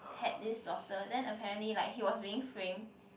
had this daughter then apparently like he was being framed